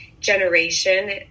generation